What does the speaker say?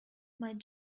might